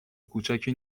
کوچکی